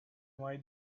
why